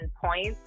points